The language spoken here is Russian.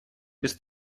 без